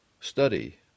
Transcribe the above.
study